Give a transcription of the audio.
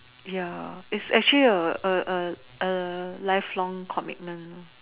ya it's actually a a a a lifelong commitment